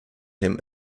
him